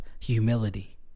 humility